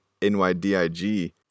nydig